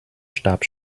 starb